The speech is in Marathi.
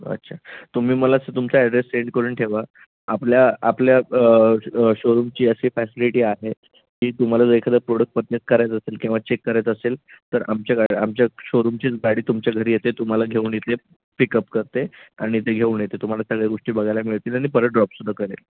अच्छा तुम्ही मला सं तुमचा ॲड्रेस सेंड करून ठेवा आपल्या आपल्या शोरूमची अशी फॅसिलिटी आहे की तुम्हाला जर एखादं प्रोडक्ट पर्चेस करायचं असेल किंवा चेक करायचं असेल तर आमच्या गा आमच्या शोरूमचीच गाडी तुमच्या घरी येते तुम्हाला घेऊन येते पिकअप करते आणि इथे घेऊन येते तुम्हाला सगळ्या गोष्टी बघायला मिळतील आणि परत ड्रॉप सुद्धा करेल